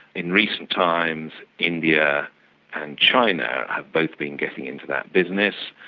in recent times india and china have both been getting into that business.